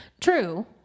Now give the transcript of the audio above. True